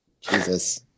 Jesus